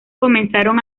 comenzaron